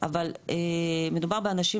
אבל מדובר באנשים